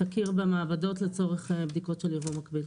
תכיר במעבדות לצורך בדיקות של ייבוא מקביל.